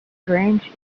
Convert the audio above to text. strange